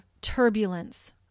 turbulence